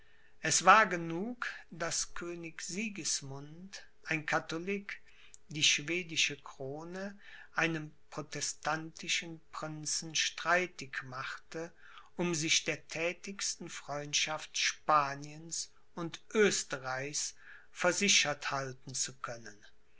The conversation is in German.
es war genug daß könig sigismund ein katholik die schwedische krone einem protestantischen prinzen streitig machte um sich der thätigsten freundschaft spaniens und oesterreichs versichert halten zu können